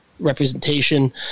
Representation